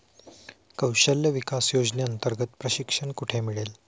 कौशल्य विकास योजनेअंतर्गत प्रशिक्षण कुठे मिळेल?